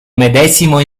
medesimo